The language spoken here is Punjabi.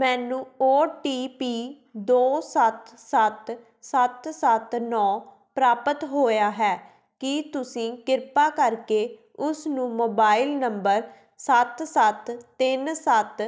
ਮੈਨੂੰ ਓ ਟੀ ਪੀ ਦੋ ਸੱਤ ਸੱਤ ਸੱਤ ਸੱਤ ਨੌਂ ਪ੍ਰਾਪਤ ਹੋਇਆ ਹੈ ਕੀ ਤੁਸੀਂ ਕਿਰਪਾ ਕਰਕੇ ਉਸ ਨੂੰ ਮੋਬਾਈਲ ਨੰਬਰ ਸੱਤ ਸੱਤ ਤਿੰਨ ਸੱਤ